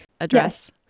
address